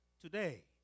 Today